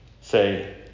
say